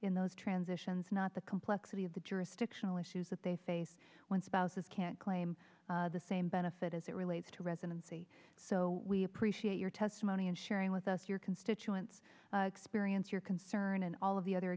in those transitions not the complexity of the jurisdictional issues that they face when spouses can't claim the same benefits as it relates to residency so we appreciate your testimony and sharing with us your constituents experience your concern and all of the other